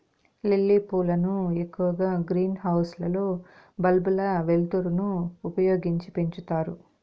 lily పూలను ఎక్కువగా greenhouse లలో బల్బుల వెలుతురును ఉపయోగించి పెంచుతారు